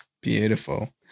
Beautiful